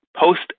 Post